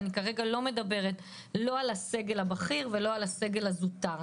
אני כרגע לא מדברת על הסגל הבכיר או על הסגל הזוטר.